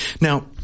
now